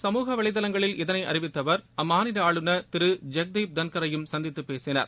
சமூகவலைதளங்களில் இதனை அறிவித்த அவர் அம்மாநில ஆளுநர் திரு ஜக்தீப் தங்கரையும் சந்தித்துப் பேசினார்